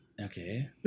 Okay